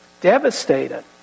Devastated